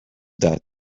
that